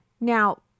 Now